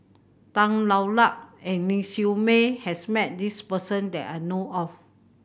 Tan Hwa Luck and Ling Siew May has met this person that I know of